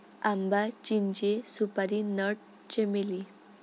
आंबा, चिंचे, सुपारी नट, चमेली